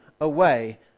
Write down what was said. away